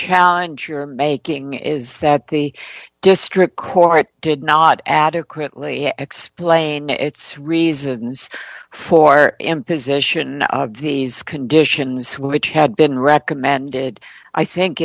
challenge you're making is that the district court did not adequately explain its reasons for imposition of these conditions which had been recommended i think